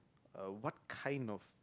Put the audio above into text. uh what kind of